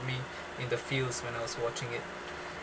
me in the feels when I was watching it